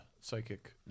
psychic